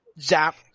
zap